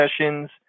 sessions